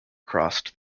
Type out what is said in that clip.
crossed